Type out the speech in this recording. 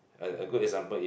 a a good example if